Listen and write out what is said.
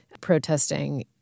protesting